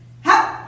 Help